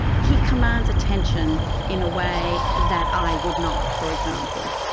he commands attention in a way that i would not, for example.